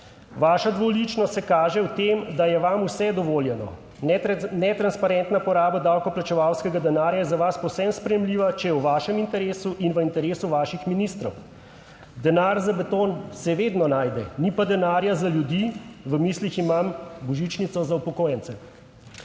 Vaša dvoličnost se kaže v tem, da je vam vse dovoljeno. Netransparentna poraba davkoplačevalskega denarja je za vas povsem sprejemljiva, če je v vašem interesu in v interesu vaših ministrov. Denar za beton se vedno najde, ni pa denarja za ljudi. V mislih imam božičnico za upokojence.